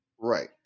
right